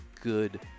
good